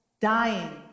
Dying